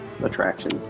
Attraction